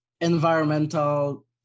environmental